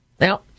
Now